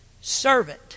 servant